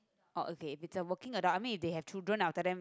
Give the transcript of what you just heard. oh okay with the working adult I mean if they have children I will tell them